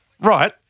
Right